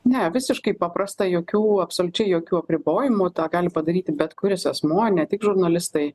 ne visiškai paprasta jokių absoliučiai jokių apribojimų tą gali padaryti bet kuris asmuo ne tik žurnalistai